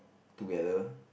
together